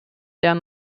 deren